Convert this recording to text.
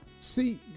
See